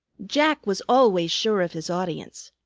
jack was always sure of his audience.